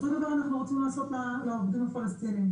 אותו דבר אנחנו רוצים לעשות לעובדים הפלסטיניים.